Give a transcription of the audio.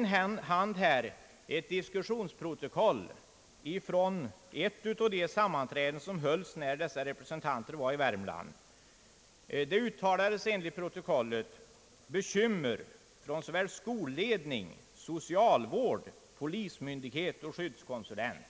Jag har i min hand ett diskussionsprotokoll från ett av de sammanträden som hölls när dessa representanter var i Värmland. Det uttalades, enligt protokollet, bekymmer från såväl skolledning, socialvård, polismyndighet och skyddskonsulenten.